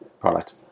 product